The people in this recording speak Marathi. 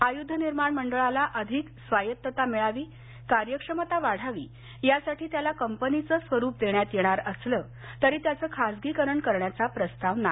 आयूधनिर्माण मंडळाला अधिक स्वायत्तता मिळावी कार्यक्षमता वाढावी यासाठी त्याला कंपनीचं स्वरूप देण्यात येणार असलं तरी त्याचं खाजगीकरण करण्याचा प्रस्ताव नाही